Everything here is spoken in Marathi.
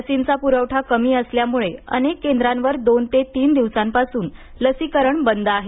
लसींचा पुरवठा कमी असल्यामुळे अनेक केंद्रांवर दोन ते तीन दिवसांपासून लसीकरण बंद आहे